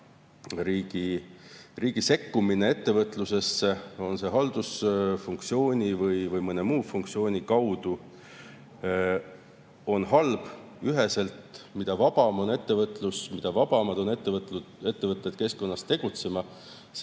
Riigi sekkumine ettevõtlusesse, on see haldusfunktsiooni või mõne muu funktsiooni kaudu, on üheselt halb. Mida vabam on ettevõtlus, mida vabamad on ettevõtjad ettevõtluskeskkonnas tegutsema,